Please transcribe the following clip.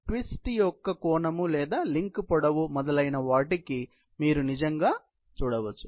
twist యొక్క కోణం లేదా లింక్ పొడవు మొదలైనవాటిని మీరు నిజంగా చూడవచ్చు